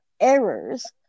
errors